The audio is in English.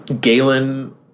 Galen